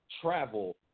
travel